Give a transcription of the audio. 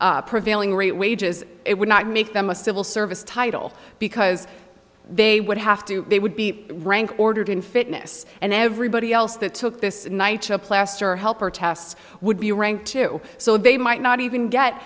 prevailing rate wages it would not make them a civil service title because they would have to they would be rank ordered in fitness and everybody else that took this plaster helper tests would be a rank too so they might not even get